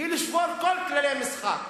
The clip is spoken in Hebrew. היא לשבור כל כללי המשחק,